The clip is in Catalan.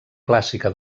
clàssica